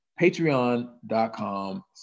patreon.com